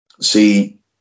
See